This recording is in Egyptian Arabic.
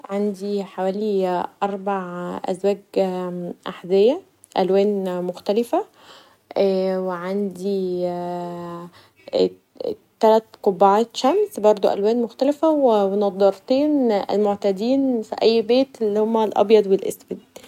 عندي حوالي اربع أزواج احذيه الوان مختلفه و عندي تلات قبعات شمس برضو الوان مختلفه و نضارتين معتادين في اي بيت اللي هما ابيض و اسود.